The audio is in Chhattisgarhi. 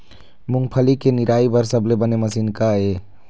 मूंगफली के निराई बर सबले बने मशीन का ये?